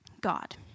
God